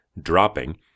dropping